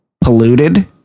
polluted